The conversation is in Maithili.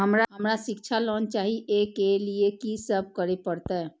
हमरा शिक्षा लोन चाही ऐ के लिए की सब करे परतै?